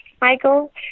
Michael